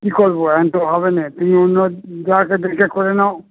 কী করবো এখন তো হবে না তুমি অন্য জনকে ডেকে করে নাও